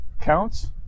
counts